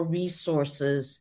resources